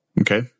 Okay